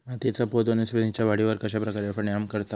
मातीएचा पोत वनस्पतींएच्या वाढीवर कश्या प्रकारे परिणाम करता?